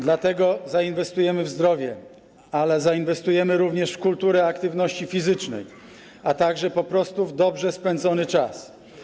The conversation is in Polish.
Dlatego zainwestujemy w zdrowie, ale zainwestujemy również w kulturę aktywności fizycznej, a także po prostu w dobrze spędzony czas.